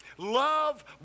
Love